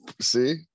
see